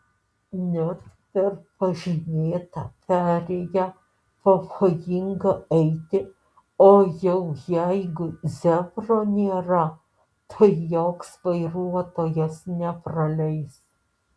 net per pažymėtą perėją pavojinga eiti o jau jeigu zebro nėra tai joks vairuotojas nepraleis